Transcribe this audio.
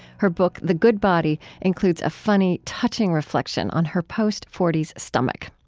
her book, the good body, includes a funny, touching reflection on her post forty s stomach.